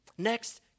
Next